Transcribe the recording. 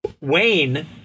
Wayne